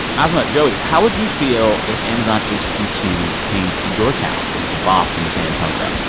asma, joey, how would you feel if amazon h q two came to your town, to boston or san antonio?